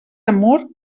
amor